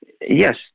yes